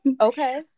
Okay